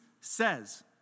says